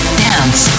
dance